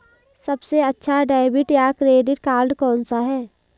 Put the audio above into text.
सबसे अच्छा डेबिट या क्रेडिट कार्ड कौन सा है?